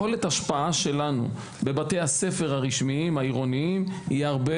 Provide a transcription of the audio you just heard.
יכולת ההשפעה שלנו בבתי הספר הרשמיים העירוניים היא הרבה